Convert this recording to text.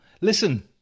listen